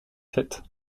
sète